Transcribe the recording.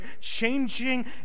changing